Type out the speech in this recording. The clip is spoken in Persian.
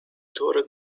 طور